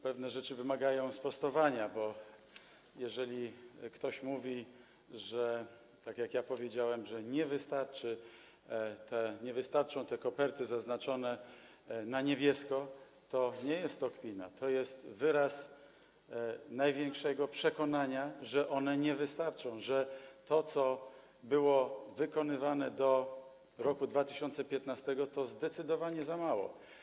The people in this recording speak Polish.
Pewne rzeczy wymagają sprostowania, bo jeżeli ktoś mówi, tak jak ja powiedziałem, że nie wystarczą te koperty zaznaczone na niebiesko, to nie jest to kpina, tylko jest to wyraz największego przekonania, że one nie wystarczą, że to, co było wykonywane do roku 2015, to zdecydowanie za mało.